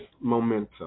momentum